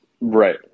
Right